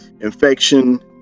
infection